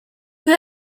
peu